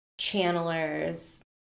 channelers